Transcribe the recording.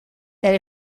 that